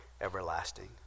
everlasting